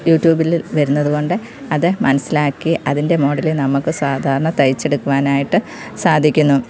യൂട്യൂബിൽ വരുന്നത് കൊണ്ട് അത് മനസ്സിലാക്കി അതിൻ്റെ മോഡലിങ് നമുക്ക് സാധാരണ തയ്ച്ചെടുക്കുവാനായിട്ട് സാധിക്കുന്നു